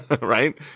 right